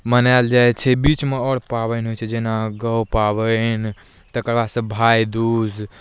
मनाएल जाइ छै बीचमे आओर पाबनि होइ छै जेना गौ पाबनि तकर बादसँ भाइ दूज